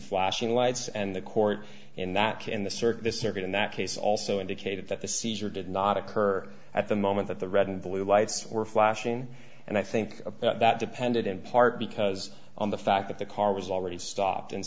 flashing lights and the court in that in the circuit this circuit in that case also indicated that the seizure did not occur at the moment that the red and blue lights were flashing and i think that depended in part because on the fact that the car was already stopped and